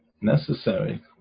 necessary